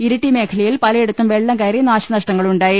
ഇരിട്ടി മേഖലയിൽ പലയിടത്തും വെള്ളം കയറി നാശ നഷ്ടങ്ങൾ ഉണ്ടായി